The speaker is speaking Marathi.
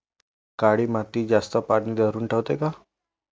काळी माती जास्त पानी धरुन ठेवते का?